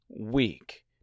weak